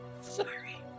Sorry